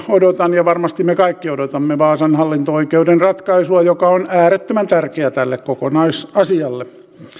odotan ja varmasti me kaikki odotamme vaasan hallinto oikeuden ratkaisua joka on äärettömän tärkeä tälle kokonaisasialle